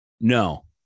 No